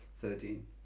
Thirteen